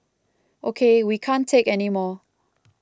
ok we can't take anymore